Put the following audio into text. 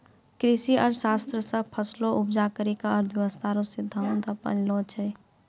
कृषि अर्थशास्त्र मे फसलो उपजा करी के अर्थशास्त्र रो सिद्धान्त अपनैलो छै